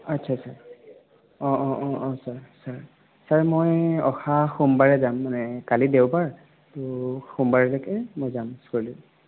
আচ্ছা আচ্ছা অঁ অঁ অঁ ছাৰ ছাৰ ছাৰ মই অহা সোমবাৰে যাম মানে কাইলৈ দেওবাৰ ত' সোমবাৰলৈকে মই যাম স্কুললৈ